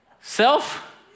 self